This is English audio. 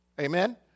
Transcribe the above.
Amen